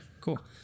cool